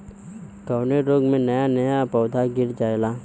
कवने रोग में नया नया पौधा गिर जयेला?